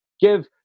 give